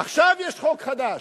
עכשיו יש חוק חדש: